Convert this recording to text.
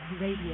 Radio